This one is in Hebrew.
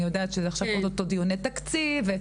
יודעת שעכשיו או-טו-טו דיוני תקציב.